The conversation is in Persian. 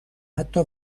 حتی